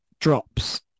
drops